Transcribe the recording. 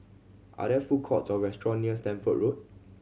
are there food courts or restaurant near Stamford Road